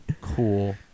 cool